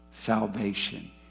salvation